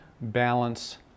balance